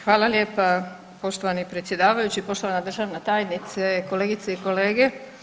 Hvala lijepa poštovani predsjedavajući, poštovana državna tajnice, kolegice i kolege.